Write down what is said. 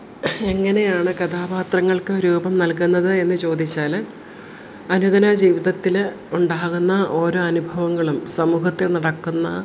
എങ്ങനെയാണ് കഥാപാത്രങ്ങൾക്ക് രൂപം നൽകുന്നത് എന്നു ചോദിച്ചാൽ അനുദിനം ജീവിതത്തിൽ ഉണ്ടാകുന്ന ഓരോ അനുഭവങ്ങളും സമൂഹത്തിൽ നടക്കുന്ന